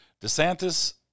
DeSantis